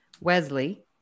Wesley